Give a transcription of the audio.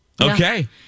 Okay